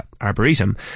Arboretum